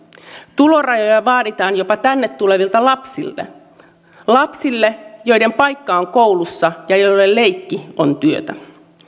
tulorajoja vaaditaan jopa tänne tuleville lapsille lapsille joiden paikka on koulussa ja joille leikki on työtä